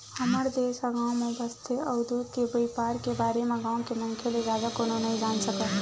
हमर देस ह गाँव म बसथे अउ दूद के बइपार के बारे म गाँव के मनखे ले जादा कोनो नइ जान सकय